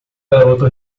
garoto